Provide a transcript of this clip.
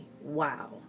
wow